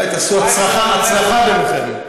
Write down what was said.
אולי תעשו הצרחה ביניכם.